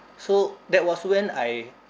so that was when I